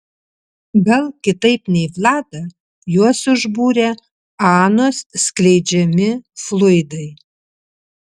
gal kitaip nei vladą juos užbūrė anos skleidžiami fluidai